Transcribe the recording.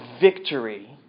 victory